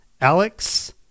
alex